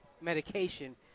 medication